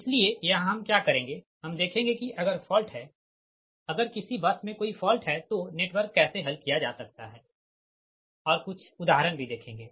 इसलिए यहाँ हम क्या करेंगे हम देखेंगे कि अगर फॉल्ट हैअगर किसी बस में कोई फॉल्ट है तो नेटवर्क कैसे हल किया जा सकता है ठीक और कुछ उदाहरण भी देखेंगे